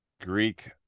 Greek